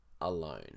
alone